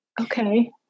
Okay